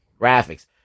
graphics